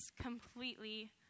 completely